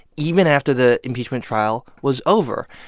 even after the impeachment trial was over?